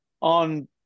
on